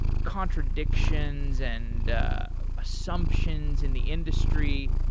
contradictions and assumptions in the industry.